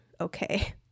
okay